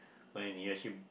when you actually